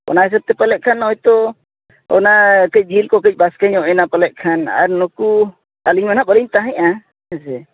ᱚᱱᱟ ᱦᱤᱥᱟᱹᱵᱽᱛᱮ ᱯᱟᱞᱮᱫᱠᱷᱟᱱ ᱦᱚᱭᱛᱳ ᱚᱱᱟ ᱠᱟᱹᱡ ᱡᱤᱞᱠᱚ ᱠᱟᱹᱡ ᱵᱟᱥᱠᱮᱭᱮᱱᱟ ᱯᱟᱞᱮᱫ ᱠᱷᱟᱱ ᱟᱨ ᱱᱩᱠᱩ ᱟᱹᱞᱤᱧ ᱢᱟ ᱦᱟᱜ ᱵᱟᱹᱞᱤᱧ ᱛᱟᱦᱮᱸᱫᱼᱟ ᱦᱮᱸ ᱥᱮ